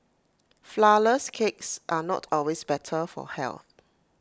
Flourless Cakes are not always better for health